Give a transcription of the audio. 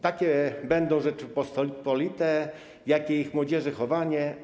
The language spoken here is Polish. Takie będą Rzeczypospolite, jakie ich młodzieży chowanie.